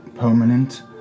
permanent